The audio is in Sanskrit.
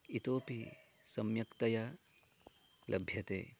इतोऽपि सम्यक्तया लभ्यते